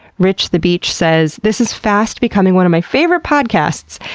rich the beach says this is fast becoming one of my favorite podcasts.